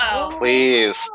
Please